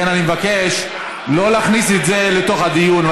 לכן אני מבקש שלא להכניס את זה לתוך הדיון,